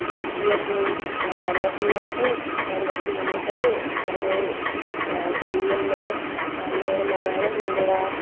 पिंकीअ खे असां घरु वठी वियासीं घरु वठी वञी करे असांजे सिंधीअनि में अ लूणु मवाइणु थींदो आहे